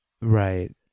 Right